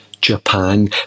Japan